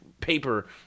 paper